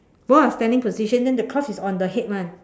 both are standing position then the cloth is on the head [one]